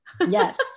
Yes